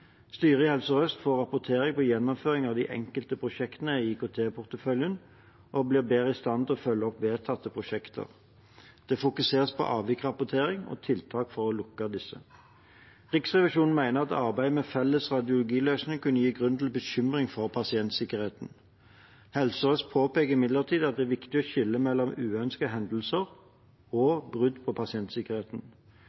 Styret i Helse Sør-Øst får rapportering på gjennomføringen av de enkelte prosjektene i IKT-porteføljen og blir bedre i stand til å følge opp vedtatte prosjekter. Det fokuseres på avviksrapportering og tiltak for å lukke disse. Riksrevisjonen mener at arbeidet med felles radiologiløsning kunne gi grunn til bekymring for pasientsikkerheten. Helse Sør-Øst påpeker imidlertid at det er viktig å skille mellom uønskede hendelser og